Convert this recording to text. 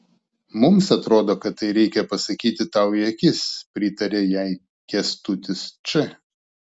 mums atrodo kad tai reikia pasakyti tau į akis pritarė jai kęstutis č